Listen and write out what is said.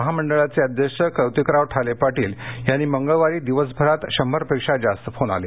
महामंडळाचे अध्यक्ष कौंतिकराव ठाले पाटील यांना मंगळवारी दिवसभरात शंभरपेक्षा जास्त फोन आले